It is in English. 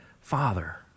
Father